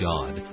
God